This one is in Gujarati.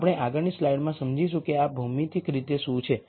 આપણે આગળની સ્લાઈડમાં સમજીશું કે આ ભૌમિતિક રીતે શું છે